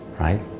right